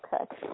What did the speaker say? Okay